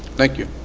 thank you.